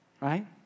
right